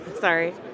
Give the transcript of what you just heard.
Sorry